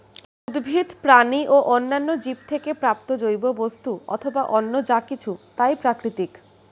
উদ্ভিদ, প্রাণী ও অন্যান্য জীব থেকে প্রাপ্ত জৈব বস্তু অথবা অন্য যা কিছু তাই প্রাকৃতিক